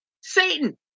Satan